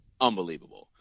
unbelievable